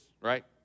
right